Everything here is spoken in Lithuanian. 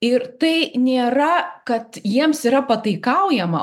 ir tai nėra kad jiems yra pataikaujama